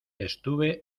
estuve